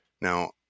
Now